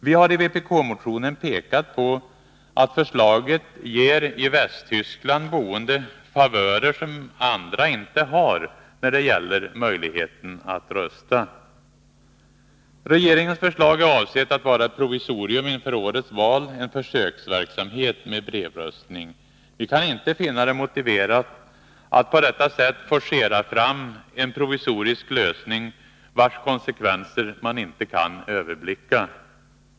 Vi har i vpk-motionen pekat på att förslaget ger i Västtyskland boende favörer som andra inte har när det gäller möjligheten att rösta. Regeringens förslag är avsett att vara ett provisorium inför årets val, en försöksverksamhet med brevröstning. Vi kan inte finna det motiverat att på detta sätt forcera fram en provisorisk lösning, vars konsekvenser man inte kan överblicka.